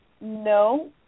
No